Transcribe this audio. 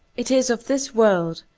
it is of this world,